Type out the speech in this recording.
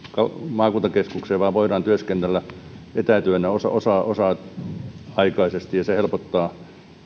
maakuntakeskukseen vaan voidaan työskennellä etätyönä osa osa aikaisesti ja se helpottaa